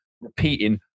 repeating